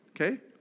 okay